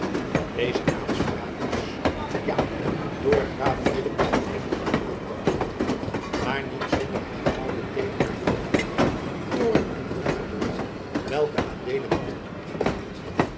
deze aanspraak was ja door graaf willem ten einde toe aangehoord maar niet zonder herhaalde teekenen van wrevel toorn en ongeduld welke adeelen niet had opgemerkt